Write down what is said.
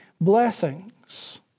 blessings